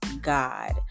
God